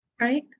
right